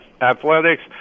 athletics